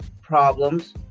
problems